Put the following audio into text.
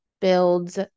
builds